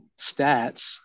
stats